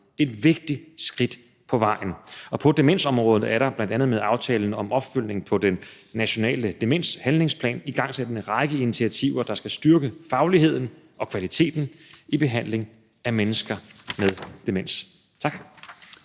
et vigtigt skridt på vejen, og på demensområdet er der bl.a. med aftalen om opfølgning på den nationale demenshandlingsplan igangsat en række initiativer, der skal styrke fagligheden og kvaliteten i behandlingen af mennesker med demens. Tak.